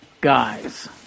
guys